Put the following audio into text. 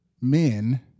men